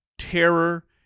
terror